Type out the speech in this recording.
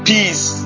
Peace